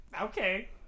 Okay